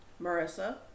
Marissa